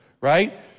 Right